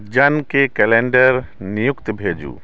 जनके कैलेंडर नियुक्त भेजू